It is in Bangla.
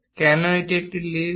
কেন এটি একটি ইলিপ্স